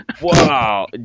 wow